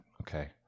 okay